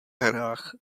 hrách